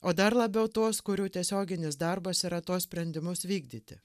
o dar labiau tuos kurių tiesioginis darbas yra tuos sprendimus vykdyti